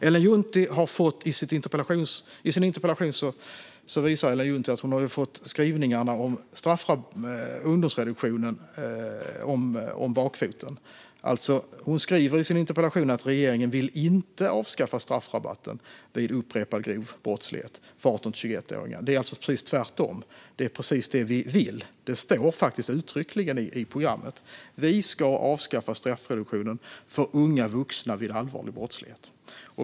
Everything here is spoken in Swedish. Ellen Juntti visar i sin interpellation att hon har fått skrivningarna om ungdomsreduktionen om bakfoten. Hon skriver att regeringen inte vill "avskaffa straffrabatten vid upprepad grov brottslighet" för 18-21-åringar. Det är precis tvärtom. Det är precis det vi vill göra. Det står uttryckligen i programmet att vi ska avskaffa straffreduktionen för unga vuxna vid allvarlig brottslighet.